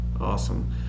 awesome